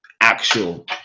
actual